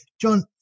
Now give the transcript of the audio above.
John